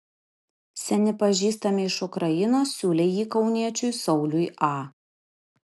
seni pažįstami iš ukrainos siūlė jį kauniečiui sauliui a